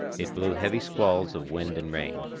it blew heavy squalls of wind and rain.